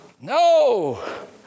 No